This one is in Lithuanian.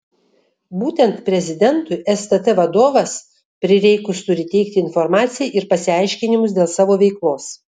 būtent prezidentui stt vadovas prireikus turi teikti informaciją ir pasiaiškinimus dėl savo veiklos